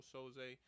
Soze